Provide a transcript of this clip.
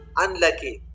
unlucky